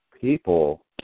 people